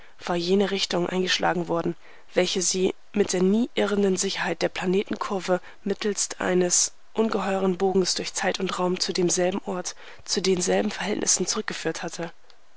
war jene richtung eingeschlagen worden welche sie mit der nie irrenden sicherheit der planetenkurve mittelst eines ungeheuren bogens durch zeit und raum zu demselben ort zu denselben verhältnissen zurückgeführt hatte